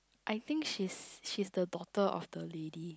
I think she's she's the daughter of the lady